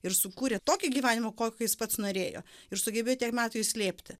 ir sukūrė tokį gyvenimą kokio jis pats norėjo ir sugebėjo tiek metų jį slėpti